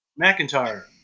McIntyre